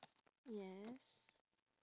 yes